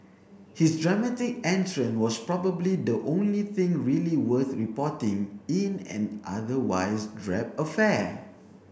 his dramatic entrance was probably the only thing really worth reporting in an otherwise drab affair